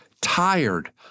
tired